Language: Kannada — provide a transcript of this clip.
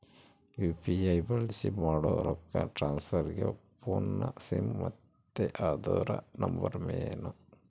ಯು.ಪಿ.ಐ ಬಳ್ಸಿ ಮಾಡೋ ರೊಕ್ಕ ಟ್ರಾನ್ಸ್ಫರ್ಗೆ ಫೋನ್ನ ಸಿಮ್ ಮತ್ತೆ ಅದುರ ನಂಬರ್ ಮೇನ್